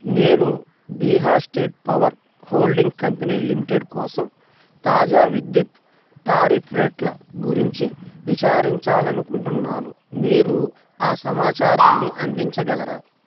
నేను Bihar state power holding company limited కోసం తాజా విద్యుత్ టారిఫ్ రేట్ల గురించి విచారించాలి అనుకుంటున్నాను మీరు ఆ సమాచారాన్ని అందించగలరా